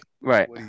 Right